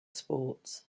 sports